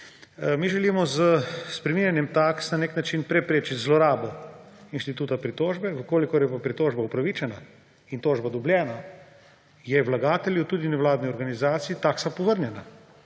mi želimo s spreminjanjem taks na nek način preprečiti zlorabo inštituta pritožbe. Če je pa pritožba upravičena in tožba dobljena, je vlagatelju, tudi nevladni organizaciji, taksa povrnjena